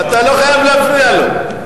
אתה לא חייב להפריע לו.